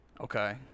okay